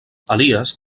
elies